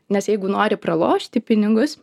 nes jeigu nori pralošti pinigus